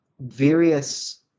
various